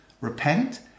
Repent